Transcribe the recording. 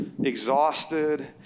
exhausted